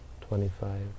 twenty-five